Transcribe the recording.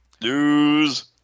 news